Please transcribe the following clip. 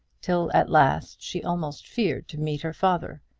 till at last she almost feared to meet her father.